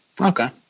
Okay